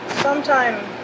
sometime